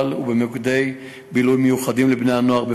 ובמוקדי בילוי המיוחדים לבני-הנוער בפרט.